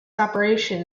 operation